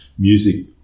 music